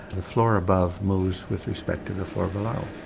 the floor above moves with respect to the floor below.